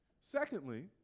Secondly